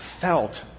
felt